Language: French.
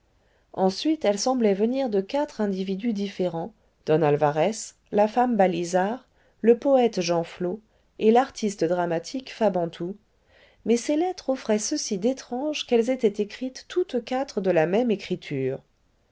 ensuite elles semblaient venir de quatre individus différents don alvarès la femme balizard le poète genflot et l'artiste dramatique fabantou mais ces lettres offraient ceci d'étrange qu'elles étaient écrites toutes quatre de la même écriture